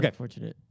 Okay